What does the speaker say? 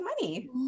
money